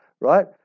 right